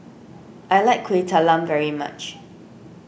I like Kueh Talam very much